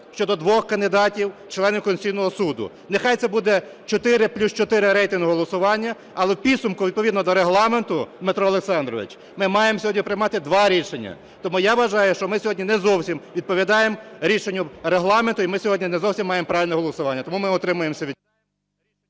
щодо двох кандидатів членів Конституційного Суду. Нехай це буде "чотири плюс чотири" рейтингове голосування, але у підсумку, відповідно до Регламенту, Дмитро Олександрович, ми маємо сьогодні приймати два рішення. Тому я вважаю, що ми сьогодні не зовсім відповідаємо рішенню Регламенту і ми сьогодні не зовсім маємо правильне голосування. Тому ми утримуємося від… 13:19:59